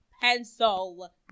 pencil